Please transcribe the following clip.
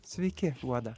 sveiki guoda